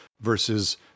versus